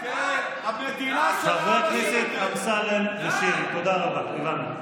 חברי הכנסת, תודה רבה.